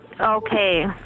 Okay